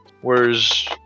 Whereas